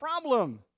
problem